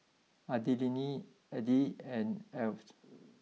Adilene Edie and Alys